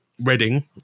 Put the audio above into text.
Reading